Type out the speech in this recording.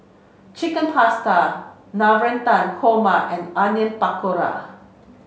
Chicken Pasta Navratan Korma and Onion Pakora